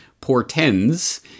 portends